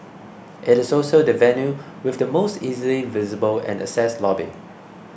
it is also the venue with the most easily visible and accessed lobby